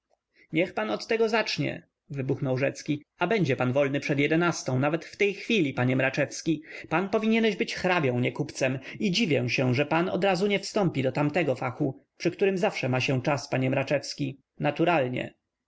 niech pan od tego zacznie wybuchnął rzecki a będzie pan wolny przed jedenastą nawet w tej chwili panie mraczewski pan powinieneś być hrabią nie kupcem i dziwię się że pan odrazu nie wstąpił do tamtego fachu przy którym zawsze ma się czas panie mraczewski naturalnie